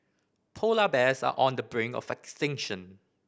polar bears are on the brink of extinction